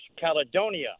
Caledonia